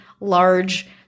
large